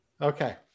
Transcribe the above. Okay